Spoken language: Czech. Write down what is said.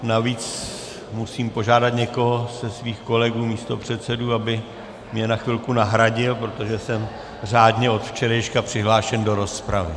Navíc musím požádat někoho ze svých kolegů místopředsedů, aby mě na chvilku nahradil, protože jsem od včerejška řádně přihlášen do rozpravy...